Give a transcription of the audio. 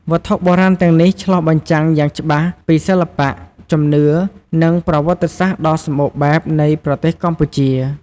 វត្ថុបុរាណទាំងនេះឆ្លុះបញ្ចាំងយ៉ាងច្បាស់ពីសិល្បៈ ជំនឿ និងប្រវត្តិសាស្ត្រដ៏សម្បូរបែបនៃប្រទេសកម្ពុជា។